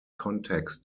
contacts